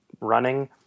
running